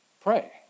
pray